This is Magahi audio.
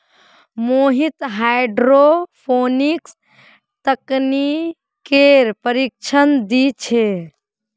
मोहित हाईड्रोपोनिक्स तकनीकेर प्रशिक्षण दी छे